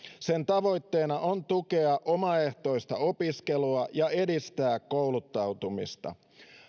sen tavoitteena on tukea omaehtoista opiskelua ja edistää kouluttautumista